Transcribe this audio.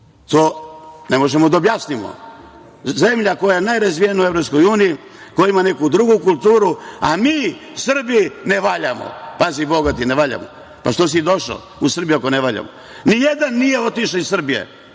To ne možemo da objasnimo. Zemlja koja je najrazvijenija u Evropskoj uniji, koja ima neku drugu kulturu, a mi Srbi ne valjamo, pazi bogati, ne valjamo. Pa, što si došao u Srbiju ako ne valjamo? Ni jedan nije otišao iz Srbije,